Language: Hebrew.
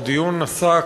הדיון עסק,